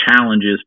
challenges